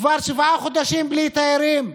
כבר שבעה חודשים בלי תיירים.